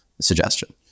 suggestion